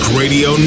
radio